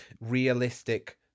realistic